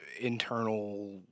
Internal